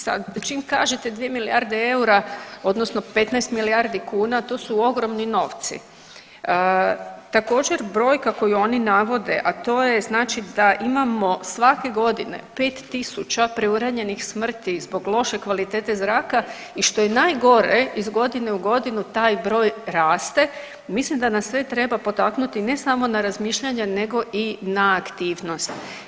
Sad čim kažete dvije milijarde eura odnosno 15 milijardi kuna to su ogromni novci, također brojka koju oni navode, a to je znači da imamo svake godine 5.000 preuranjenih smrti zbog loše kvalitete zraka i što je najgore iz godine u godinu taj broj raste, mislim da nas sve treba potaknuti ne samo na razmišljanja nego i na aktivnost.